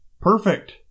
perfect